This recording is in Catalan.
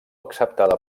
acceptada